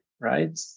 right